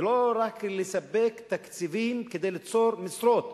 ולא רק לספק תקציבים כדי ליצור משרות,